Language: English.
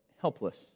helpless